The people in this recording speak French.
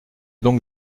donc